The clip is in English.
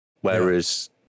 whereas